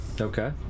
okay